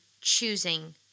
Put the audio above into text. choosing